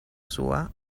sua